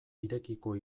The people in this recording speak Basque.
irekiko